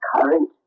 current